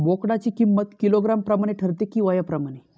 बोकडाची किंमत किलोग्रॅम प्रमाणे ठरते कि वयाप्रमाणे?